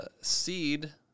seed